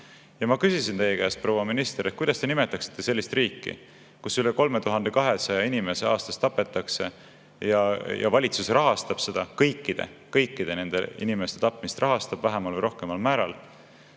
Ma küsisin teie käest, proua minister, kuidas te nimetaksite sellist riiki, kus üle 3200 inimese aastas tapetakse ja valitsus rahastab seda. Kõikide nende inimeste tapmist rahastab riik vähemal või rohkemal määral.